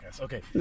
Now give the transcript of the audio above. Okay